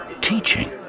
teaching